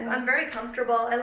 um i'm very comfortable. and